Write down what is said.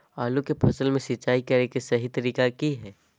आलू की फसल में सिंचाई करें कि सही तरीका की हय?